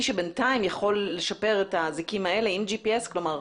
שבינתיים יכול לשפר את האזיקים האלה עם GPS. כלומר,